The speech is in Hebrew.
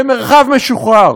במרחב משוחרר.